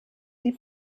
die